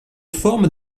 forme